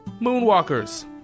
moonwalkers